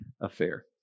affair